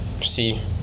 See